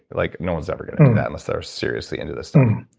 like no one's ever going to do that unless they're seriously into this stuff